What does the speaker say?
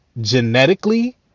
genetically